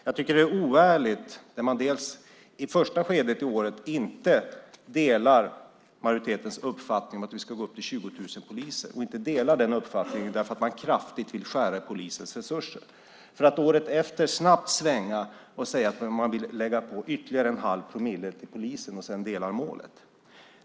Jag tycker att det är oärligt när man i första skedet inte delar majoritetens uppfattning om att vi ska ha 20 000 poliser därför att man vill skära kraftigt i polisens resurser för att året efter snabbt svänga och säga att man vill lägga på ytterligare en 1⁄2 promille på polisen och sedan delar målsättningen.